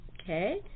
Okay